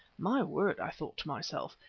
my word! i thought to myself,